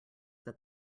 that